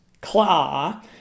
claw